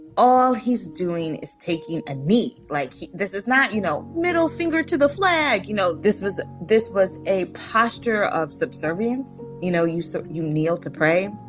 all he's doing is taking a knee like this is not you know, middle finger to the flag. you know, this was this was a posture of subservience. you know, you so you kneel to pray.